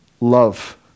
love